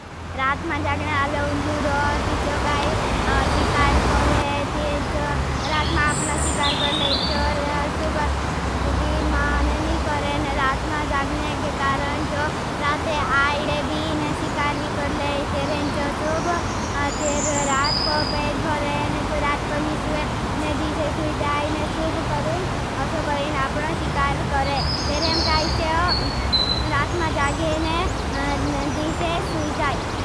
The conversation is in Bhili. रात मा जागने आला उल्लू रोती चो काई शिकार करे। ती चो रात मा आपना शिकार कर ले चो। और शुब दीन माननी करेन रात मा जागने के कारण चो। राते आईडे बीन शिकार भी कर ले चो। शुब तेर रात को पेट भरेन चो। रात को नी शुबे ने दीसे शुजाई ने शुब करेन। असो करेन आपना शिकार करे। तेरें काई चो रात मा जागे ने दीसे शुजाई।